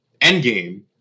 Endgame